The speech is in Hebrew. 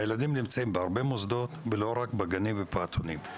הילדים נמצאים בהרבה מוסדות ולא רק בגנים ובפעוטונים.